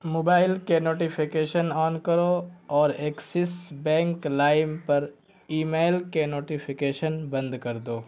mobile کے notification on کرو اور ایکسس بینک لائم پر ای میل کے نوٹیفیکیشن بند کر دو